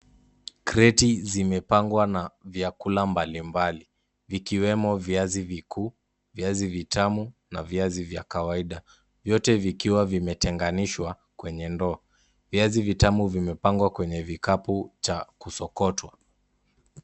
Kredi zimepangwa na vyakula mbali mbali, vikiwemo viazi vikuu, viazi vitamu na viazi vya kawaida, vyote vikiwa vimetenganishwa kwenye ndoo, viazi vitamu vimepangwa kwenye vikapu cha kusokotwa.